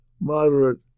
moderate